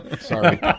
Sorry